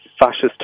fascist